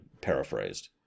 paraphrased